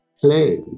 play